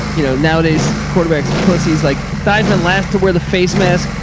you know, nowadays quarterbacks, pussies, like theismann last to wear the face mask,